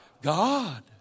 God